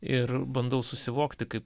ir bandau susivokti kaip